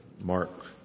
Mark